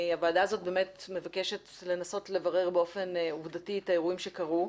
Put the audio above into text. הוועדה הזאת באמת מבקשת לנסות לברר באופן עובדתי את האירועים שקרו.